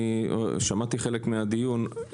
אני שמעתי חלק מהדיון,